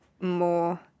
more